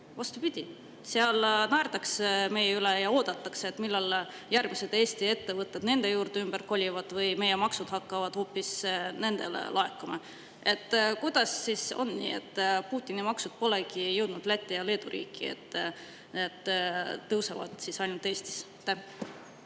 vastupidi. Seal naerdakse meie üle ja oodatakse, millal järgmised Eesti ettevõtted nende juurde ümber kolivad või meie maksud hakkavad hoopis nendele laekuma. Kuidas on nii, et Putini maksud polegi jõudnud Läti ja Leedu riiki, vaid tõusevad ainult Eestis?